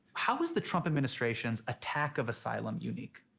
how is the trump administration's attack of asylum unique?